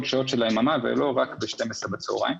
שעות של היממה ולא רק ב-12:00 בצוהריים.